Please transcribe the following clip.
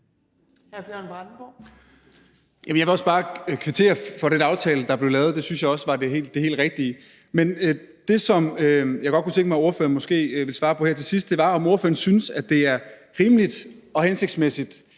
Jeg vil bare kvittere for den aftale, der blev lavet. Det synes jeg også var det helt rigtige. Men det, jeg godt kunne tænke mig at ordføreren måske ville svare på her til sidst, er, om ordføreren synes, at det er rimeligt og hensigtsmæssigt,